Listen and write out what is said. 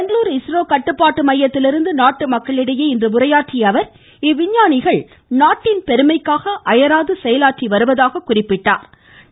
Bengaluru ISRO கட்டுப்பாட்டு மையத்திலிருந்து நாட்டு மக்களிடையே இன்று உரையாற்றிய அவர் இவ்விஞ்ஞானிகள் நாட்டின் பெருமைக்காக அயராது செயலாற்றி வருவதாக குறிப்பிட்டார்